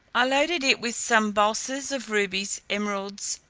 i loaded it with some bulses of rubies, emeralds,